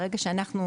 ברגע שאנחנו,